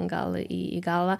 gal į į galvą